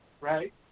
right